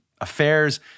affairs